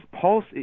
pulse